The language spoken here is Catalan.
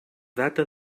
data